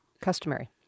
customary